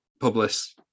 publish